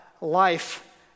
life